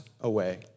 away